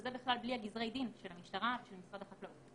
וזה בכלל בלי גזרי הדין של המשטרה ושל משרד החקלאות.